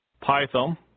Python